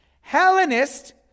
Hellenist